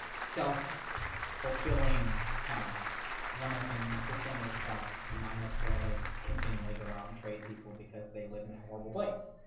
self fulfilling town one that can sustain itself and not necessarily continually go out and trade people because they live in a horrible place